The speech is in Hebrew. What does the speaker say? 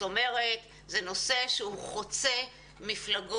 זאת אומרת, זה נושא שהוא חוצה מפלגות.